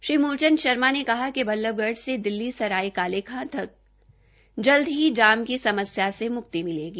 श्री मूलचंद शर्मा ने कहा कि बल्लभगढ़ से दिल्ली सराय काले खां तक जल्द ही जाम की समस्या से मुक्ति मिलेगी